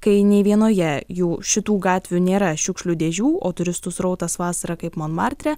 kai nei vienoje jų šitų gatvių nėra šiukšlių dėžių o turistų srautas vasarą kaip monmartre